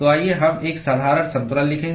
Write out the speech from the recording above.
तो आइए हम एक साधारण संतुलन लिखें